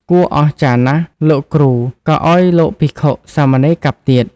គួរអស្ចារ្យណាស់, លោកគ្រូ ក៏ឲ្យលោកភិក្ខុ-សាមណេរកាប់ទៀត ។